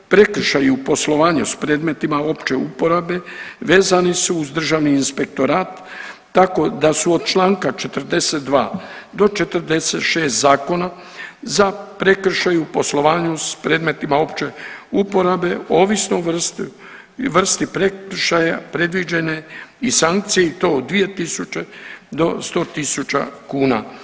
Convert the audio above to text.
Prekršaji u poslovanju s predmetima opće uporabe vezani su uz državni inspektorat tako da su od čl. 42. do 46. zakona za prekršaje u poslovanju s predmetima opće uporabe ovisno o vrsti prekršaja predviđene i sankcije i to 2.000 do 100.000 kuna.